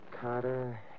Carter